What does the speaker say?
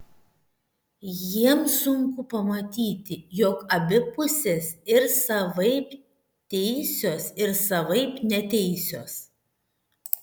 jiems sunku pamatyti jog abi pusės ir savaip teisios ir savaip neteisios